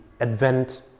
Advent